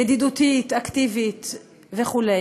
ידידותית, אקטיבית וכו'.